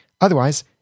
Otherwise